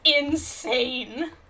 insane